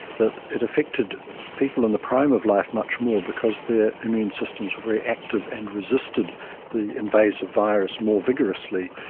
that it affected people in the prime of life much more because their immune systems were very active and resisted the invasive virus more vigorously.